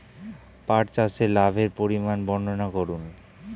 পাঠ চাষের লাভের পরিমান বর্ননা করুন?